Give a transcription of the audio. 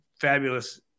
fabulous